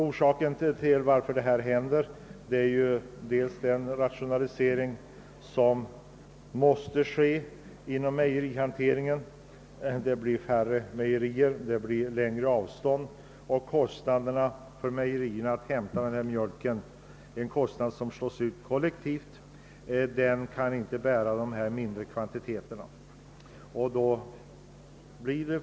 Orsaken till denna situation är bl.a. rationaliseringen inom <:mejerihanteringen. Det blir färre mejerier och längre avstånd till gårdarna, och kostnaderna för hämtning av mjölk — en kostnad som slås ut kollektivt — blir för stora för att det skall löna sig att hämta dessa mindre kvantiteter.